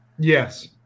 Yes